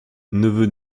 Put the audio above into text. neveu